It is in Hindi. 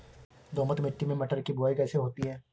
दोमट मिट्टी में मटर की बुवाई कैसे होती है?